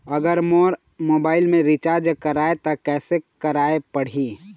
अगर मोर मोबाइल मे रिचार्ज कराए त कैसे कराए पड़ही?